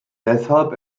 deshalb